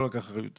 לא לקח אחריות,